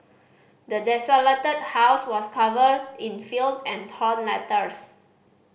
the desolated house was covered in filth and torn letters